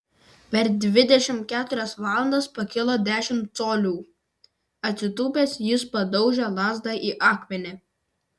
per dvidešimt keturias valandas pakilo dešimt colių atsitūpęs jis padaužė lazdą į akmenį